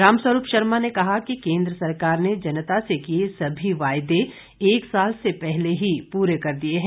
रामस्वरूप शर्मा ने कहा कि केंद्र सरकार ने जनता से किए सभी वायदे एक साल से पहले ही पूरे कर दिए है